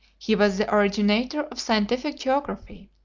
he was the originator of scientific geography.